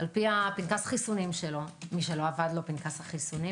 לפי פנקס החיסונים שלו מי שלא אבד לו פנקס החיסונים.